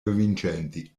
vincenti